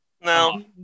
No